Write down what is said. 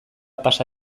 pasa